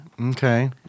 Okay